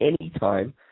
anytime